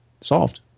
solved